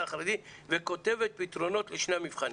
החרדי וכותבת פתרונות לשני המבחנים.